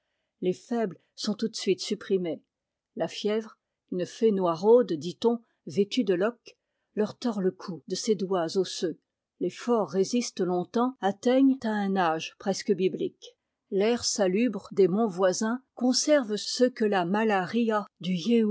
les faibles sont tout de suite supprimés la fièvre une fée noiraude dit-on vêtue de loques leur tord le cou de ses doigts osseux les forts résistent longtemps atteignent à un âge presque biblique l'air salubre des monts voisins conserve ceux que la mal'aria du